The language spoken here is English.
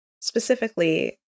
specifically